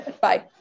Bye